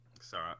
Sorry